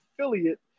affiliate